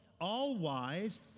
all-wise